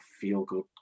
feel-good